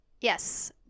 yes